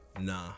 Nah